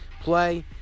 play